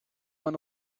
want